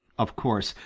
of course,